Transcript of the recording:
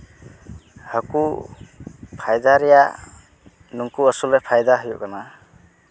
ᱦᱟᱹᱠᱩ ᱯᱷᱟᱭᱫᱟ ᱨᱮᱭᱟᱜ ᱱᱩᱝᱠᱩ ᱟᱹᱥᱩᱞ ᱨᱮ ᱯᱷᱟᱭᱫᱟ ᱦᱩᱭᱩᱜ ᱠᱟᱱᱟ